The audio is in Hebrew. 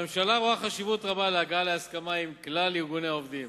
הממשלה רואה חשיבות רבה להגעה להסכמה עם כלל ארגוני העובדים.